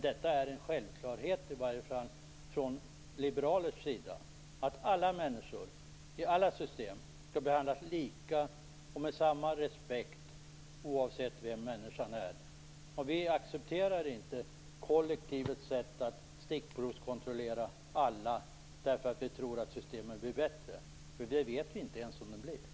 Det är en självklarhet, i alla fall från liberal sida, att alla människor i alla system skall behandlas lika och med samma respekt oavsett vem människan är. Vi accepterar inte kollektivets sätt att stickprovskontrollera alla, därför att vi tror att systemen blir bättre. Vi vet ju inte ens om de blir det.